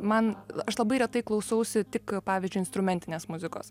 man aš labai retai klausausi tik pavyzdžiui instrumentinės muzikos